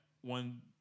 one